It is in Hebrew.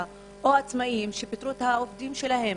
או על עצמאים שפיטרו את העובדים שלהם.